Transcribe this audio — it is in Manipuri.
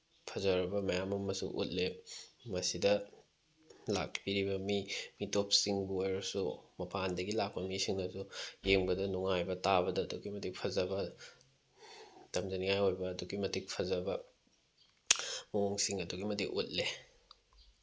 ꯐꯖꯔꯕ ꯃꯌꯥꯝ ꯑꯃꯁꯨ ꯎꯠꯂꯦ ꯃꯁꯤꯗ ꯂꯥꯛꯄꯤꯔꯤꯕ ꯃꯤ ꯃꯤꯇꯣꯞꯁꯤꯡꯕꯨ ꯑꯣꯏꯔꯁꯨ ꯃꯄꯥꯟꯗꯒꯤ ꯂꯥꯛꯄ ꯃꯤꯁꯤꯡꯅꯁꯨ ꯌꯦꯡꯕꯗ ꯅꯨꯡꯉꯥꯏꯕ ꯇꯥꯕꯗ ꯑꯗꯨꯛꯀꯤ ꯃꯇꯤꯛ ꯐꯖꯕ ꯇꯝꯖꯅꯤꯡꯉꯥꯏ ꯑꯣꯏꯕ ꯑꯗꯨꯛꯀꯤ ꯃꯇꯤꯛ ꯐꯖꯕ ꯃꯑꯣꯡꯁꯤꯡ ꯑꯗꯨꯛꯀꯤ ꯃꯇꯤꯛ ꯎꯠꯂꯦ